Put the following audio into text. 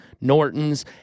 Nortons